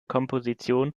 komposition